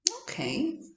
Okay